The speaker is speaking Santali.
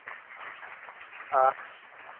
ᱟ